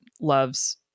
loves